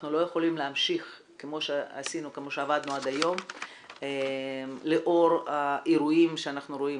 אנחנו לא יכולים להמשיך כמו שעבדנו עד היום לאור האירועים שאנחנו רואים,